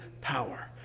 power